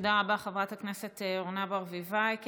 תודה רבה, חברת הכנסת אורנה ברביבאי.